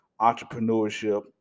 entrepreneurship